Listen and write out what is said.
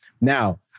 now